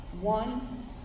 One